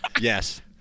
yes